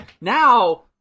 Now